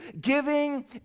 Giving